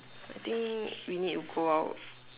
I think we need go out